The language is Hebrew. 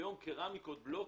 היום קרמיקות, בלוקים,